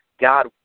God